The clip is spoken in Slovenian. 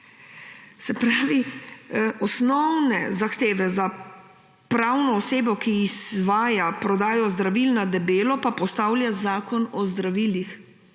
urejena. Osnovne zahteve za pravno osebo, ki izvaja prodajo zdravil na debelo, pa postavlja Zakon o zdravilih.